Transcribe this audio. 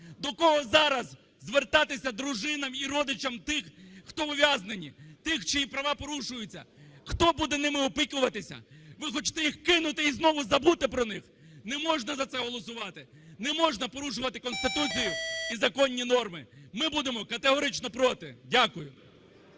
До кого зараз звертатися дружинам і родичам тих, хто в ув'язненні, тих, чиї права порушуються? Хто буде ними опікуватися? Ви хочете їх кинути і знову забути про них? Не можна за це голосувати, не можна порушувати Конституцію і законні норми. Ми будемо категорично проти. Дякую.